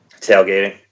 tailgating